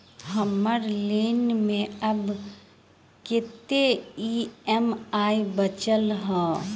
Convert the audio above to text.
हम्मर लोन मे आब कैत ई.एम.आई बचल ह?